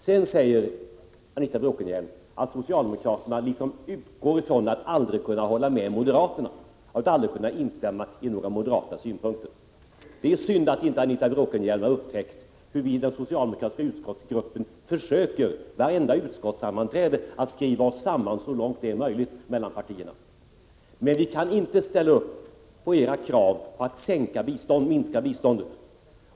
Sedan säger Anita Bråkenhielm att socialdemokraterna utgår från att de aldrig kan hålla med moderaterna och att de aldrig kan instämma i några moderata synpunkter. Det är synd att Anita Bråkenhielm inte har upptäckt hur vi i den socialdemokratiska utskottsgruppen vid vartenda utskottssammanträde försöker att skriva oss samman så långt det är möjligt med andra partier. Men vi kan inte ställa upp på era krav på att minska biståndet.